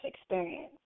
experience